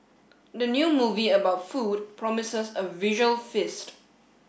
the new movie about food promises a visual feast